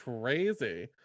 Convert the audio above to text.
crazy